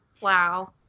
Wow